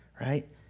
right